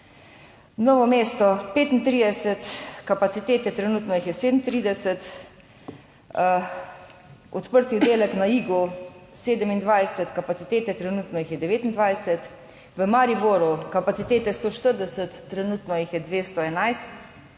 Novo mesto 35 kapacitete, trenutno jih je 37. Odprti oddelek na Igu 27 kapacitete, trenutno jih je 29. V Mariboru kapacitete 140, trenutno jih je 211.